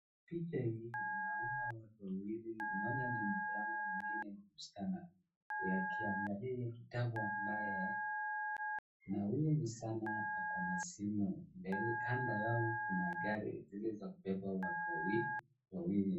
Picha hii naona watu wawili mmoja ni mvulana mwigine ni msichana. Na ukiangalia hiyo kitabu ambaye na huyu msichana akona simu. Kando yao kuna gari zile za kubeba watu wawili.